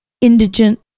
indigent